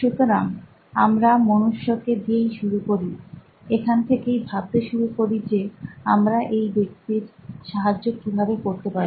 সুতরাং আমরা মনুষ্য কে দিয়েই শুরু করি এখান থেকেই ভাবতে শুরু করি যে আমরা এই ব্যক্তির সাহায্য কিভাবে করতে পারি